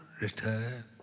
return